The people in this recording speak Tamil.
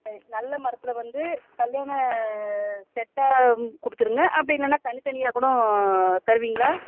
சரி நல்ல மரத்தில் வந்து கல்யாண செட்டாக கொடுத்துருங்க அப்படி இல்லைன்னா தனித்தனியாக கூடோ தருவீங்களா